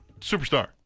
Superstar